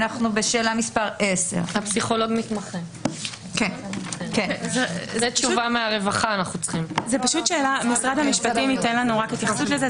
10. משרד המשפטים ייתן התייחסות לזה.